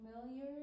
familiar